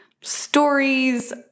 stories